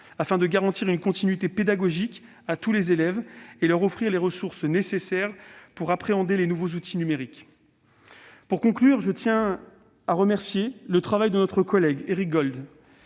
s'agit de garantir une continuité pédagogique à tous les élèves et de leur offrir les ressources nécessaires pour appréhender les nouveaux outils numériques. Pour conclure, je tiens à saluer le travail de notre collègue Éric Gold,